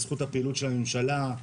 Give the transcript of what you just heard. בזכות הפעילות של הממשלה,